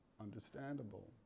understandable